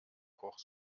koch